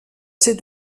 ses